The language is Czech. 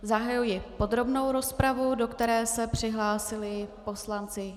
Zahajuji podrobnou rozpravu, do které se přihlásili poslanci.